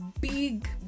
big